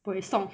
buay song